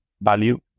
value